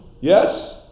Yes